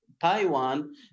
Taiwan